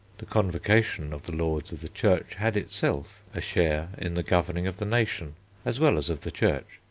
the convocation of the lords of the church had itself a share in the governing of the nation as well as of the church,